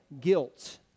guilt